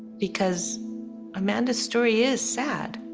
because amanda's story is sad.